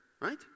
Right